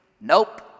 Nope